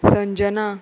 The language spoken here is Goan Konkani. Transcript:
संजना